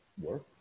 work